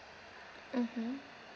mmhmm